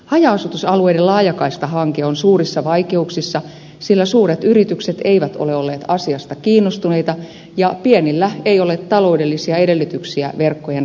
haja asutusalueiden laajakaistahanke on suurissa vaikeuksissa sillä suuret yritykset eivät ole olleet asiasta kiinnostuneita ja pienillä ei ole ta loudellisia edellytyksiä verkkojen rakentamiseen